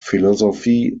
philosophy